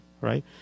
Right